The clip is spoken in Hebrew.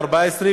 אחוז.